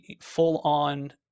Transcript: full-on